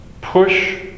push